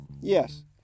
Yes